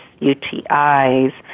UTIs